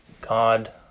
God